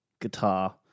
guitar